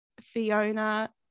Fiona